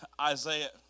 Isaiah